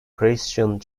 christian